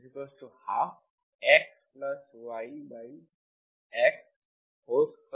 প্রশ্নটি dydx12XYX2 হয়ে যায়